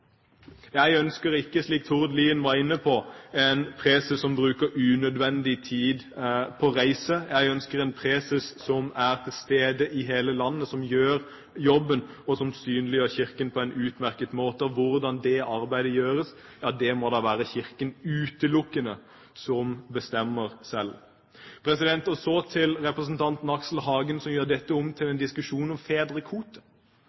Jeg ønsker ikke, slik Tord Lien var inne på, en preses som bruker unødvendig tid på å reise. Jeg ønsker en preses som er til stede i hele landet, som gjør jobben, og som synliggjør Kirken på en utmerket måte. Hvordan det arbeidet gjøres, må det da være utelukkende Kirken som bestemmer selv. Så til representanten Aksel Hagen, som gjør dette om til